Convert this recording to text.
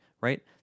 right